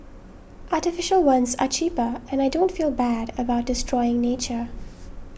artificial ones are cheaper and I don't feel bad about destroying nature